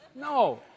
No